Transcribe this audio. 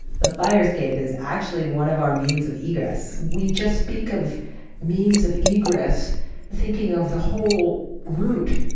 the fire escape is actually one of our means of egress. we just speak of means of egress thinking of the whole route.